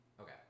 okay